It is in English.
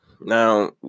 now